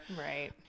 Right